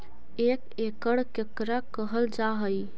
एक एकड़ केकरा कहल जा हइ?